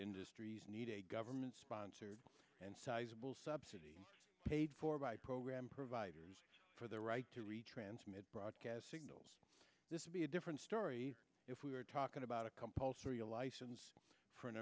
industries need a government sponsored and sizable subsidy paid for by programme providers for the right to retransmit broadcast signals this would be a different story if we were talking about a compulsory license for an